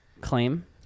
claim